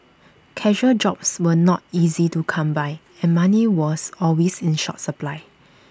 casual jobs were not easy to come by and money was always in short supply